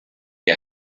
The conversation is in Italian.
che